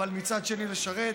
אבל מצד שני לשרת,